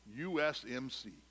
USMC